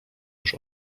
już